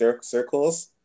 circles